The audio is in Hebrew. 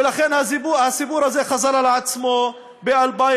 ולכן הסיפור הזה חזר על עצמו ב-2016,